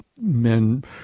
men